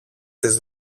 τις